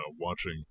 watching